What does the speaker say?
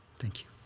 thank you.